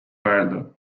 öelda